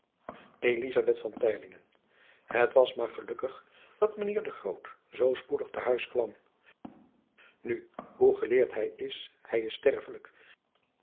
het was maar gelukkig dat mijn heer de groot zoo spoedig te huis kwam nu hoe geleerd hij is hij is